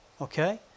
okay